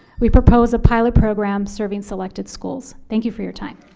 we propose a pilot program serving selected schools. thank you for your time.